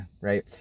Right